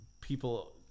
people